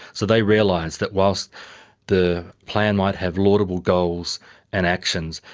so they realised that whilst the plan might have laudable goals and actions,